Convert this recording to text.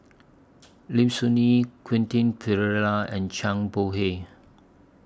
Lim Soo Ngee Quentin Pereira and Zhang Bohe